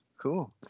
Cool